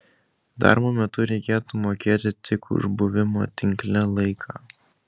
darbo metu reikėtų mokėti tik už buvimo tinkle laiką